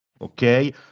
Okay